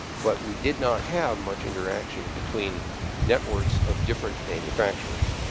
but we did not have much interaction between networks of different manufacturers.